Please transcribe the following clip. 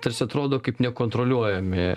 tarsi atrodo kaip nekontroliuojami